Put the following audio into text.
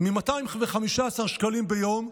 מ-215 שקלים ביום,